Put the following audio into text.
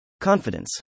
Confidence